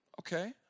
Okay